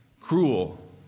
cruel